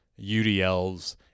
UDLs